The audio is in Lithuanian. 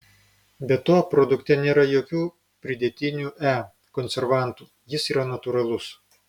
be to produkte nėra jokių pridėtinių e konservantų jis yra natūralus